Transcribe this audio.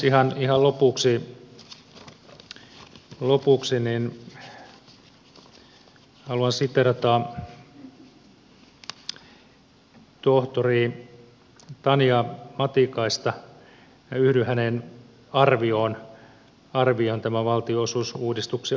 ihan lopuksi haluan siteerata tohtori tanja matikaista ja yhdyn hänen arvioonsa tämän valtionosuusuudistuksen osalta